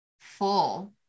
full